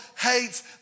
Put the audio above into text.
hates